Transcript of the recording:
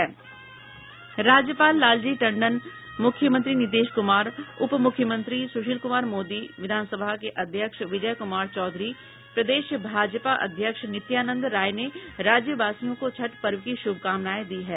राज्यपाल लालजी टंडन मुख्यमंत्री नीतीश क्मार उपमुख्यमंत्री सुशील क्मार मोदी विधान सभा के अध्यक्ष विजय क्मार चौधरी प्रदेश भाजपा अध्यक्ष नित्यानंद राय ने राज्यवासियों को छठ पर्व की श्भकामनाएं दी है